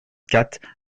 quatre